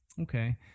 okay